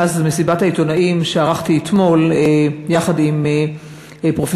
מאז מסיבת העיתונאים שערכתי אתמול יחד פרופסור